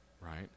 right